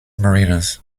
marinas